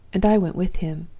and i went with him.